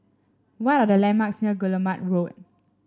what are the landmarks near Guillemard Road